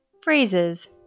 Phrases